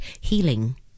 healing